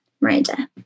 Miranda